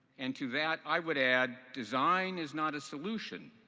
and to that i would add, design is not a solution,